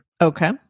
Okay